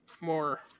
more